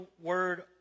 word